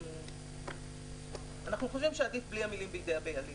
בכל זאת אנחנו חושבים שעדיף בלי המילים "בידי הבעלים".